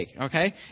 okay